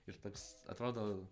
ir toks atrodo